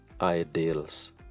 ideals